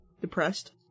depressed